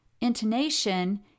Intonation